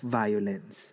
violence